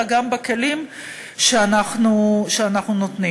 אלא גם בכלים שאנחנו נותנים.